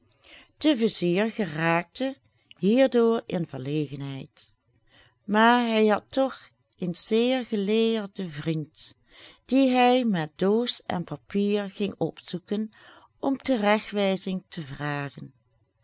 de vizier geraakte hierdoor in verlegenheid maar hij had toch een zeer geleerden vriend dien hij met doos en papier ging opzoeken om teregtwijzing te vragen